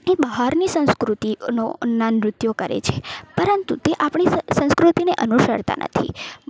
એ બહારની સંસ્કૃતિનો ના નૃત્યો કરે છે પરંતુ તે આપણી સંસ્કૃતિને અનુસરતા નથી